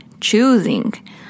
choosing